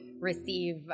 receive